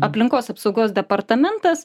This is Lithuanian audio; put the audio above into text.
aplinkos apsaugos departamentas